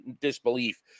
disbelief